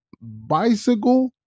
Bicycle